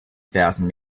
thousand